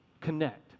connect